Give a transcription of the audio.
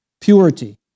Purity